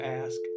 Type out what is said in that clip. ask